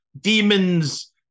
demons